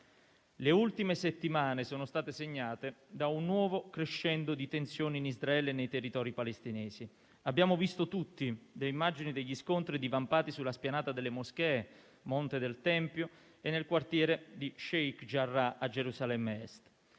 Le ultime settimane sono state segnate da un nuovo crescendo di tensioni in Israele e nei territori palestinesi. Abbiamo visto tutti le immagini degli scontri divampati sulla Spianata delle Moschee e Monte del Tempio e nel quartiere di Sheikh Jarrah a Gerusalemme Est.